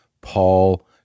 Paul